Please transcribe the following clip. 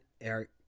Eric